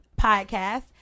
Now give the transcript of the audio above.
podcast